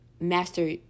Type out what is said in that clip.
master